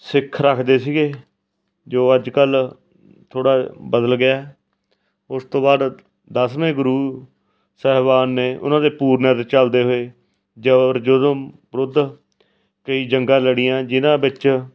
ਸਿੱਖ ਰੱਖਦੇ ਸੀਗੇ ਜੋ ਅੱਜ ਕੱਲ੍ਹ ਥੋੜ੍ਹਾ ਬਦਲ ਗਿਆ ਉਸ ਤੋਂ ਬਾਅਦ ਦਸਵੇਂ ਗੁਰੂ ਸਾਹਿਬਾਨ ਨੇ ਉਹਨਾਂ ਦੇ ਪੂਰਨਿਆਂ 'ਤੇ ਚੱਲਦੇ ਹੋਏ ਜੋਰ ਜਦੋਂ ਵਿਰੁੱਧ ਕਈ ਜੰਗਾਂ ਲੜੀਆਂ ਜਿਹਨਾਂ ਵਿੱਚ